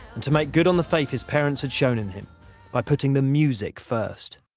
and to make good on the faith his parents had shown in him by putting the music first.